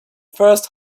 first